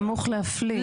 נמוך להפליא.